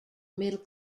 middle